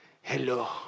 Hello